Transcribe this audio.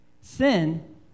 Sin